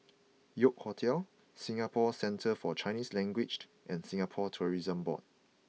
York Hotel Singapore Centre For Chinese Language and Singapore Tourism Board